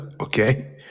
Okay